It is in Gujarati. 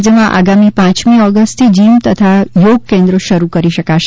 રાજ્માં આગામી પાંચમી ઓગસ્ટથી જીમ તથા યોગ કેન્દ્રો શરૂ કરી શકાશે